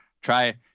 Try